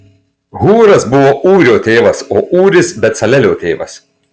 hūras buvo ūrio tėvas o ūris becalelio tėvas